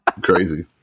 crazy